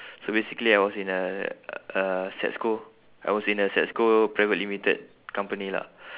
so basically I was in a uh SETSCO I was in a SETSCO private limited company lah